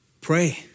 pray